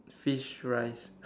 fish rice